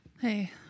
Hey